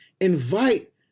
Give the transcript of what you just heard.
invite